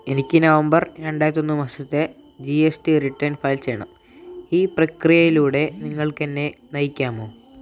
എനിക്ക് നവംബർ രണ്ടായിരത്തൊന്ന് മാസത്തെ G S T return file ചെയ്യണം ഈ പ്രക്രിയയിലൂടെ നിങ്ങൾക്കെന്നെ നയിക്കാമോ